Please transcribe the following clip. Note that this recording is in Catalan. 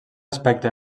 aspecte